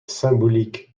symbolique